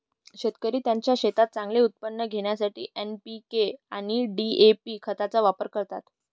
शेतकरी त्यांच्या शेतात चांगले उत्पादन घेण्यासाठी एन.पी.के आणि डी.ए.पी खतांचा वापर करतात